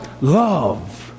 love